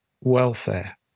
welfare